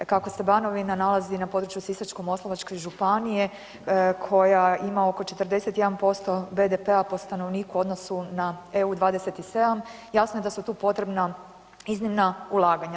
Kako se Banovina nalazi na području Sisačko-moslavačke županije koja ima oko 41% BDP-a po stanovniku u odnosu na EU-27, jasno je da su tu potrebna iznimna ulaganja.